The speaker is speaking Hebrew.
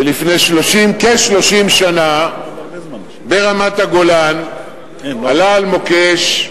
ולפני כ-30 שנה, ברמת-הגולן, עלה על מוקש.